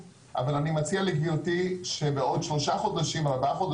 אבל אני מציע לגברתי שבעוד שלושה-ארבעה